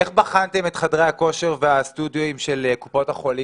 איך בחנתם את חדרי הכושר והסטודיואים של קופות החולים